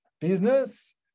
business